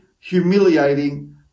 humiliating